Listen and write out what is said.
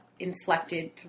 Inflected